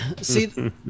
See